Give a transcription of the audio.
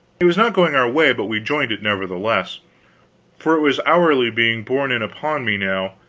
it was not going our way, but we joined it, nevertheless for it was hourly being borne in upon me now,